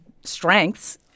strengths